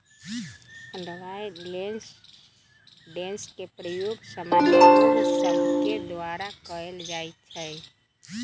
avoidance के प्रयोग सामान्य लोग सभके द्वारा कयल जाइ छइ